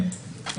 כן,